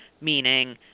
meaning